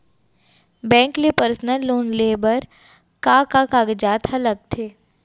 Bank ले personal loan लेये बर का का कागजात ह लगथे?